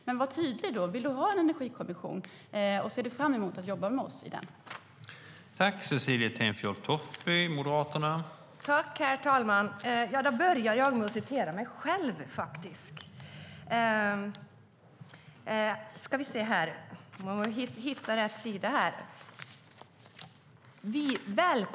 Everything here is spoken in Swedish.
Men var tydlig: Vill du ha en energikommission, och ser du fram emot att jobba med oss i den?